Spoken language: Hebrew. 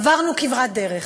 עברנו כברת דרך.